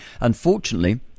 Unfortunately